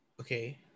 Okay